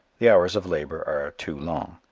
the hours of labor are too long.